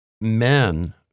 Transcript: men